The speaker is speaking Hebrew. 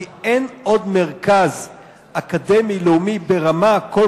כי אין עוד מרכז אקדמי לאומי ברמה כל